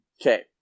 Okay